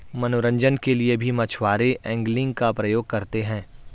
मनोरंजन के लिए भी मछुआरे एंगलिंग का प्रयोग करते हैं